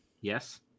Yes